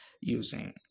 using